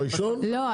לא,